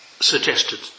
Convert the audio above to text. suggested